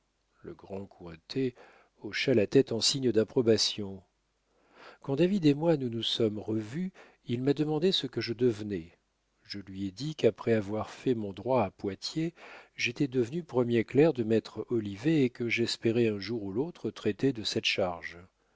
le grand cointet hocha la tête en signe d'approbation quand david et moi nous nous sommes revus il m'a demandé ce que je devenais je lui ai dit qu'après avoir fait mon droit à poitiers j'étais devenu premier clerc de maître olivet et que j'espérais un jour ou l'autre traiter de cette charge